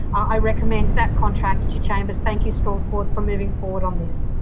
i recommend that contract to chambers. thank you, stores board, for moving forward on this.